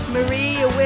Maria